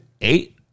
eight